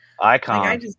Icon